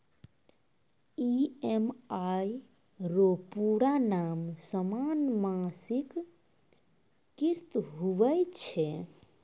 EMI रो पूरा नाम समान मासिक किस्त हुवै छै